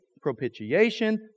propitiation